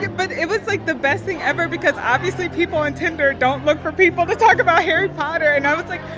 but it was like the best thing ever because, obviously, people on tinder don't look for people to talk about harry potter. and i was, like,